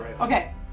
Okay